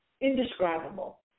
indescribable